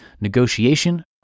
negotiation